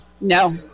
No